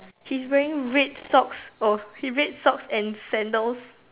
he's wearing red socks of red socks and sandals